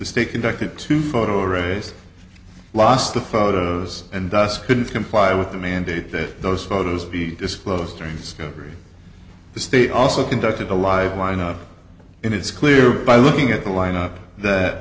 state conducted to photo race lost the photos and thus couldn't comply with the mandate that those photos be disclosed during sco three the state also conducted a live lineup and it's clear by looking at the lineup that